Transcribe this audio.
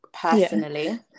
personally